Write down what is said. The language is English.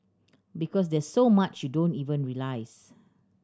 because there's so much don't even realise